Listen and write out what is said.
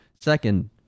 Second